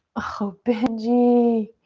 oh, benji,